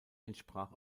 entsprach